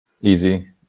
easy